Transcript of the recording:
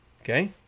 Okay